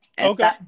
okay